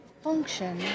function